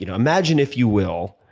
you know imagine if you will,